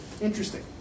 Interesting